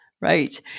right